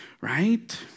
right